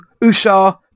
Usha